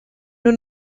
nur